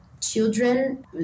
children